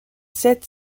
sept